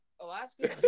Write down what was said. Alaska